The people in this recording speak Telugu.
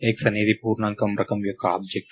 x అనేది పూర్ణాంకం రకం యొక్క ఆబ్జెక్ట్